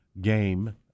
game